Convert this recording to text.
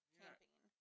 camping